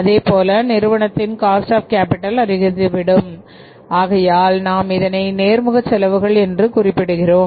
அதேபோல நிறுவனத்தின் cost of capital அதிகரித்து விடும் ஆகையால் நாம் இதனை நேர்முக செலவுகள் என்று குறிப்பிடுகிறோம்